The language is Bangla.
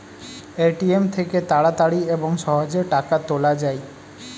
এ.টি.এম থেকে তাড়াতাড়ি এবং সহজে টাকা তোলা যায়